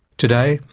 today,